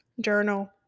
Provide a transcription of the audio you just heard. journal